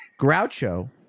Groucho